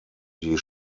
die